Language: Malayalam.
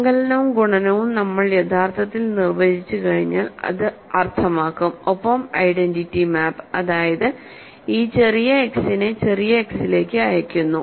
സങ്കലനവും ഗുണനവും നമ്മൾ യഥാർത്ഥത്തിൽ നിർവചിച്ചുകഴിഞ്ഞാൽ ഇത് അർത്ഥമാക്കും ഒപ്പം ഐഡന്റിറ്റി മാപ്പ് അതായത് ഇത് ചെറിയ x നെ ചെറിയ x ലേക്ക് അയയ്ക്കുന്നു